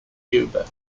cuba